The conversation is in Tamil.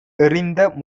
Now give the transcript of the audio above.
எறிந்த